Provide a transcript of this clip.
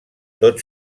tot